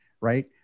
Right